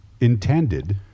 intended